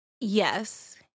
Yes